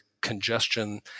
congestion